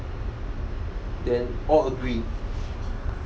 then all agree